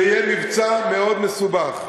זה יהיה מבצע מסובך מאוד,